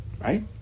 right